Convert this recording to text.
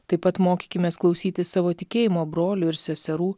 taip pat mokykimės klausyti savo tikėjimo brolių ir seserų